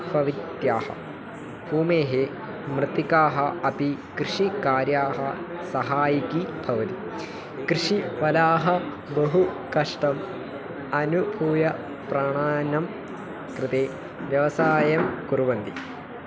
भूमेः मृत्तिकाः अपि कृषिकार्याः सहायिकी भवति कृषिवलाः बहु कष्टम् अनुभूय प्राणिनां कृते व्यवसायं कुर्वन्ति